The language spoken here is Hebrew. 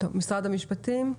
משרד המשפטים,